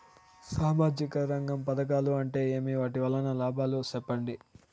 సామాజిక రంగం పథకాలు అంటే ఏమి? వాటి వలన లాభాలు సెప్పండి?